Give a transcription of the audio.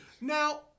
Now